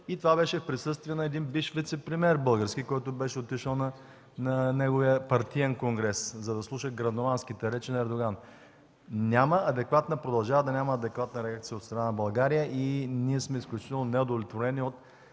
и това беше в присъствието на един бивш български вицепремиер, който беше отишъл на неговия партиен конгрес, за да слуша грандоманските речи на Ердоган. Продължава да няма адекватна реакция от страна на България и ние сме изключително неудовлетворени от